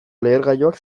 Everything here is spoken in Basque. lehergailuak